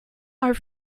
are